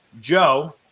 Joe